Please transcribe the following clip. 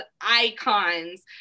icons